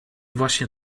właśnie